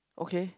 okay